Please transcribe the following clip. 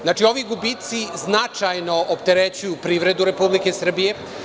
Znači, ovi gubici značajno opterećuju privredu Republike Srbije.